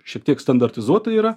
šiek tiek standartizuotą yra